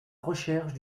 recherche